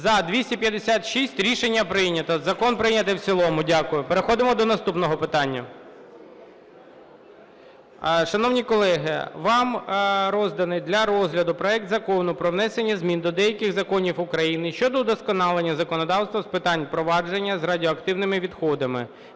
За-256 Рішення прийнято. Закон прийнятий в цілому. Дякую. Переходимо до наступного питання. Шановні колеги, вам розданий для розгляду проект Закону про внесення змін до деяких законів України щодо удосконалення законодавства з питань поводження з радіоактивними відходами